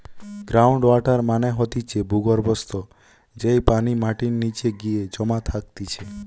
ground water মানে হতিছে ভূর্গভস্ত, যেই পানি মাটির নিচে গিয়ে জমা থাকতিছে